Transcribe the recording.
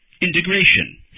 integration